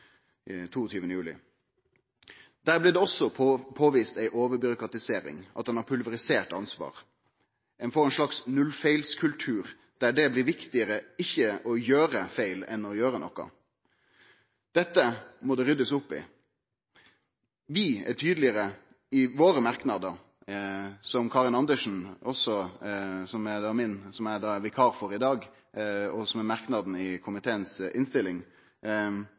blei det også påvist ei overbyråkratisering, at ein har pulverisert ansvar. Ein får ein slags nullfeilskultur, der det blir viktigare ikkje å gjere feil enn å gjere noko. Dette må det ryddast opp i. Vi er tydelegare i våre merknader. Karin Andersen, som eg er vikar for i dag, seier i merknaden i komiteens innstilling